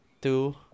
two